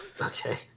Okay